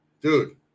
Dude